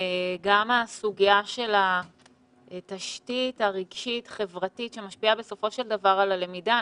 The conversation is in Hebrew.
גם הסוגיה של התשתית הרגשית חברתית שמשפיעה בסופו של דבר על הלמידה.